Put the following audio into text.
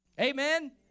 Amen